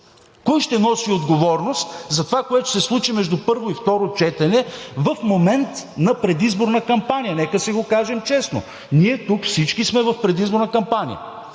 Кой ще носи отговорност за това, което ще се случи между първо и второ четене, в момент на предизборна кампания? Нека си го кажем честно: ние всички сме в предизборна кампания!